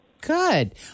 Good